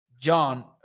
John